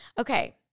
Okay